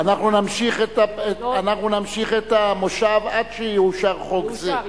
אנחנו נמשיך את המושב עד שיאושר חוק זה.